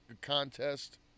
contest